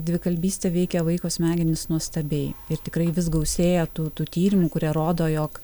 dvikalbystė veikia vaiko smegenis nuostabiai ir tikrai vis gausėja tų tų tyrimų kurie rodo jog